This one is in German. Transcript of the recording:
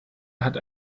hat